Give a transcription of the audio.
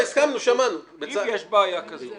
אם יש בעיה כזו